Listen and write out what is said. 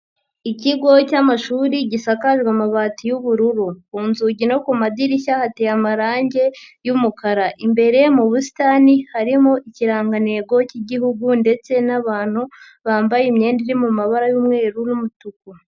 Ikigo cyamashuri gisakajwe amabati y'ubururu, Ku nzugi no ku madirishya hateye amarangi y'umukara. Imbere mu busitani harimo ikirangantego cy'gihugu ndetse n'abantu bambaye imyenda iri mu mabara y'umweru n'umutuku.